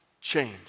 change